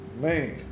Man